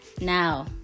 Now